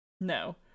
No